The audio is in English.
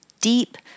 deep